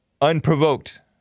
unprovoked